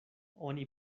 oni